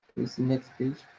next page.